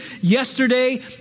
yesterday